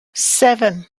seven